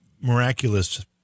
miraculous